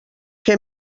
què